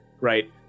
right